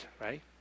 right